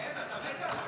אין, אתה מת עליי --- תעצור